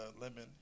lemon